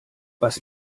was